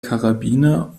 karabiner